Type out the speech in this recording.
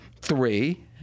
three